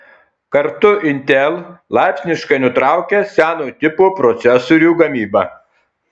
kartu intel laipsniškai nutraukia seno tipo procesorių gamybą